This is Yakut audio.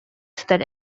сытар